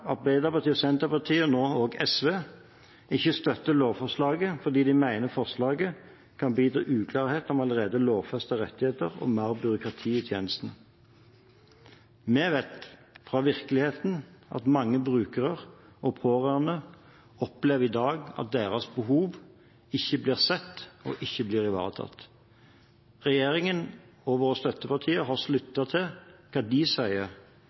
Arbeiderpartiet, Senterpartiet og nå også SV ikke støtter lovforslaget, fordi de mener forslaget kan bidra til uklarhet om allerede lovfestede rettigheter og mer byråkrati i tjenesten. Vi vet fra virkeligheten at mange brukere og pårørende i dag opplever at deres behov ikke blir sett og ikke blir ivaretatt. Regjeringen og våre støttepartier har lyttet til hva de sier,